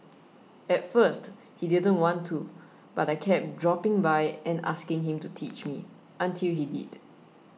at first he didn't want to but I kept dropping by and asking him to teach me until he did